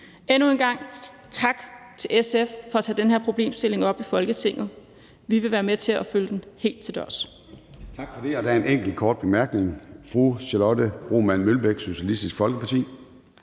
Endnu en gang tak til SF for at tage den her problemstilling op i Folketinget. Vi vil være med til at følge den helt til dørs.